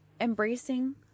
embracing